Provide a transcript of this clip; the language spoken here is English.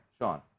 Sean